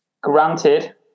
Granted